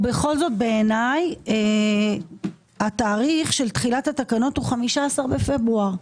ובכל זאת בעיניי התאריך של תחילת התקנות הוא 15 בפברואר.